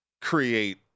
create